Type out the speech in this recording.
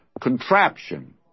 contraption